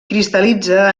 cristal·litza